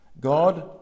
God